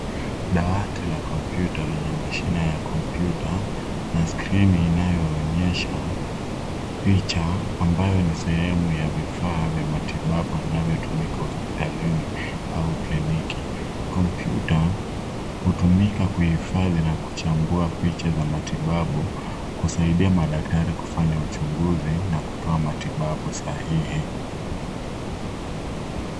Dawati la kompyuta lenye mashine ya kompyuta na skrini inayoonyesha picha ambayo ni sehemu ya vifaa vya matibabu vinavyotumika hospitalini au kliniki. Kompyuta hutumika kuhifadhi na kuchambua picha za matibabu kusaidia madaktari kufanya uchunguzi na kutoa matibabu sahihi.